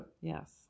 Yes